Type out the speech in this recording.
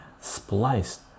spliced